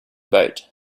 boat